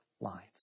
lines